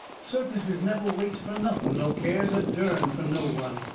circuses never waits fur nothing nor cares a dern fur no one.